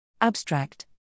Abstract